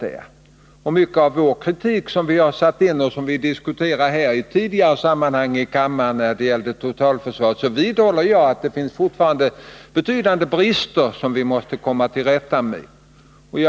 Beträffande mycket av den kritik som vi har satt in och mycket av det som vi tidigare diskuterat här i kammaren i fråga om totalförsvaret, så vidhåller jag att det fortfarande finns betydande brister som vi måste komma till rätta med.